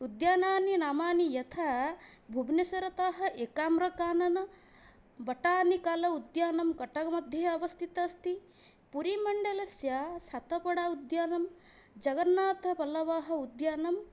उद्यानानि नामानि यथा एकाम्रकानन बटानिकल उद्यानं कटकमध्ये अवस्थितः अस्ति पुरीमण्डलस्य सतपड उद्यानं जगन्नाथवल्लभः उद्यानम्